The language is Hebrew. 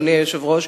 אדוני היושב-ראש,